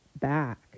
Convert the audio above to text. back